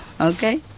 Okay